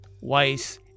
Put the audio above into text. Weiss